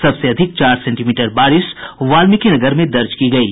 सबसे अधिक चार सेंटीमीटर बारिश वाल्मिकीनगर में दर्ज की गयी